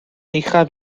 uchaf